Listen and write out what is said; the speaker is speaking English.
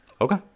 Okay